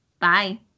Bye